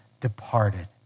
departed